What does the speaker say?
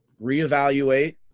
reevaluate